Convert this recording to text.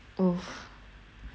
that's a lot of money